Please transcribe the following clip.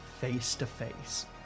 face-to-face